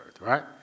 right